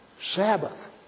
Sabbath